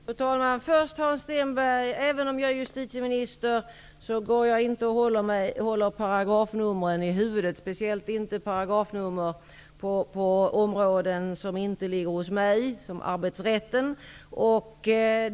Fru talman! Först vill jag säga till Hans Stenberg att även om jag är justitieminister går jag inte och håller paragrafnummer i huvudet, speciellt inte paragrafnummer på områden som inte direkt ligger inom mitt ansvarsområde, som arbetsrätten.